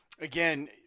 again